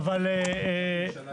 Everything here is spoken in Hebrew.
יש הסברים.